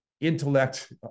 intellect